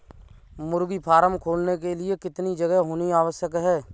मुर्गी फार्म खोलने के लिए कितनी जगह होनी आवश्यक है?